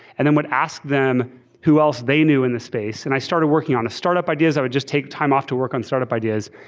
and then would ask them who else they knew in the space. and i started working on start-up ideas, i would just take time off to work on start-up ideas,